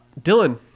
Dylan